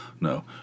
No